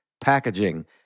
packaging